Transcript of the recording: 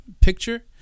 picture